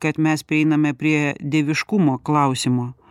kad mes prieiname prie dieviškumo klausimo